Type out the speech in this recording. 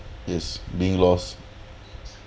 is being lost